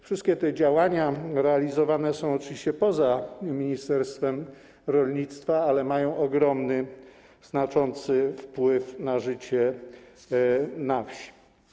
Wszystkie te działania realizowane są oczywiście poza ministerstwem rolnictwa, ale mają ogromny, znaczący wpływ na życie na wsi.